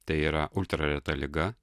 tai yra uždara reta liga